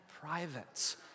private